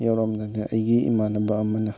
ꯌꯧꯔꯝꯗꯥꯏꯗ ꯑꯩꯒꯤ ꯏꯃꯥꯟꯅꯕ ꯑꯃꯅ